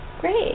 Great